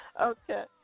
Okay